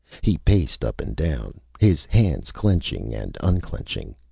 he paced up and down, his hands clenching and unclenching.